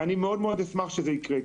ואני מאוד אשמח שזה יקרה.